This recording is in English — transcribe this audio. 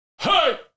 Hey